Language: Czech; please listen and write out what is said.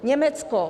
Německo.